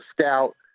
scout